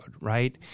right